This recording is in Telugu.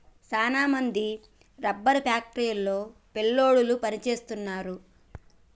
సాన మంది రబ్బరు ఫ్యాక్టరీ లో పిల్లోడు పని సేస్తున్నారు